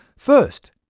first,